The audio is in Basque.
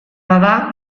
bada